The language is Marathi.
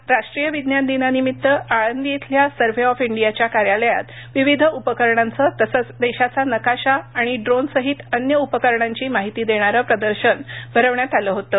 आज राष्ट्रीय विज्ञान दिनानिमित्त आळंदी इथल्या सर्व्हे ऑफ इंडियाच्या कार्यालयात विविध उपकरणांचं तसंच देशाचा नकाशा आणि ड्रोन सहित अन्य उपकरणांची माहिती देणारं प्रदर्शन भरविण्यात आलं होतं